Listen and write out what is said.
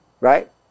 Right